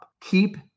keep